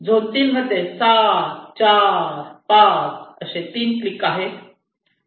zone 3 मध्ये 7 4 5 असे 3 click आहेत